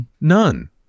None